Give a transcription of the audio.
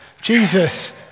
Jesus